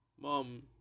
mom